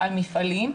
על מפעלים.